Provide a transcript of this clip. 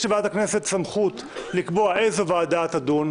יש לוועדת הכנסת סמכות לקבוע איזו ועדה תדון.